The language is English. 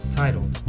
titled